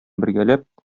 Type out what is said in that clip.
бергәләп